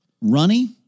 runny